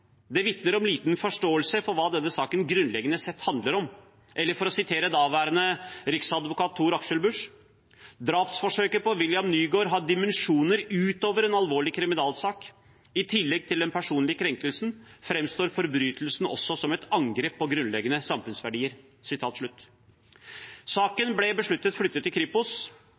Det vitner om liten forståelse av hva denne saken grunnleggende sett handler om, eller for å sitere daværende riksadvokat Tor-Aksel Busch: «Drapsforsøket på William Nygaard har dimensjoner ut over en alvorlig kriminalsak. I tillegg til den personlige krenkelse, fremstår forbrytelsen også som et angrep på grunnleggende samfunnsverdier.» Saken ble besluttet flyttet til Kripos.